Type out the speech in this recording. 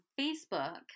Facebook